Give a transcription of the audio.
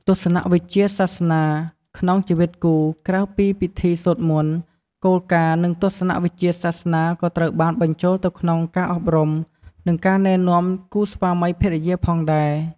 ទស្សនវិជ្ជាសាសនាក្នុងជីវិតគូ ក្រៅពីពិធីសូត្រមន្ត គោលការណ៍ និងទស្សនវិជ្ជាសាសនាក៏ត្រូវបានបញ្ចូលទៅក្នុងការអប់រំ និងការណែនាំគូស្វាមីភរិយាផងដែរ៖